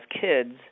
kids